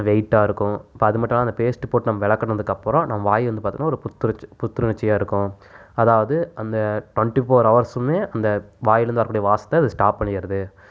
வெய்ட்டாருக்கும் ப அதுமட்டுலாமல் அந்த பேஸ்ட் போட்டு நம் விலக்னத்துக்கு அப்றம் நம் வாய் வந்து பார்த்தோனா ஒரு புத்துணர்ச்சி புத்துணர்ச்சியாருக்குது அதாவது அந்த டொண்டி ஃபோர் அவர்சுமே அந்த வாய்லருந்து வரக்கூடிய வாஸ்த்தை ஸ்டாப் பண்ணிடுது